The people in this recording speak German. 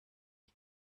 wie